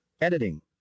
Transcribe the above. editing